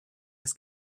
des